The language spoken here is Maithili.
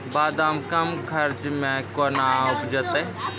बादाम कम खर्च मे कैना उपजते?